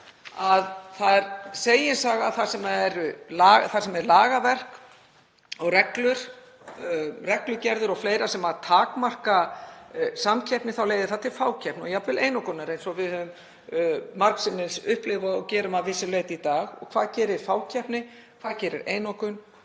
dag. Það er segin saga að þar sem er lagaverk, reglur og reglugerðir og fleira sem takmarkar samkeppni þá leiðir það til fákeppni og jafnvel einokunar eins og við höfum margsinnis upplifað og gerum að vissu leyti í dag. Og hvað gerir fákeppni? Hvað gerir einokun?